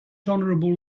honorable